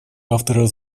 авторов